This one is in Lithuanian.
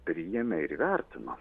priėmė ir įvertino